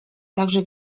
także